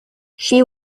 she